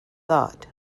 thought